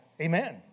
Amen